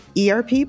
ERP